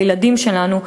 לילדים שלנו,